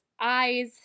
eyes